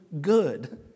good